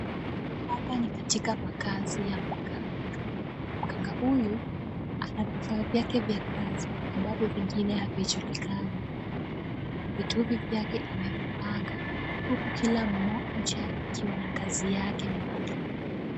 Hapa ni katika makazi ya mganga. Mganga huyu ana vifaa vyake vya kazi ambapo vingine havijulikani. Vitu hivi vyake amevipanga huku kila mmoja ikiwa na kazi yake maalum.